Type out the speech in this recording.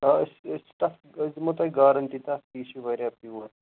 آ أسۍ چھِ أسۍ چھِ تَتھ أسۍ دِمو تۄہہِ گارَنٹی تَتھ کہِ یہِ چھِ واریاہ پیُور